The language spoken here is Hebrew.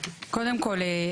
קודם כל,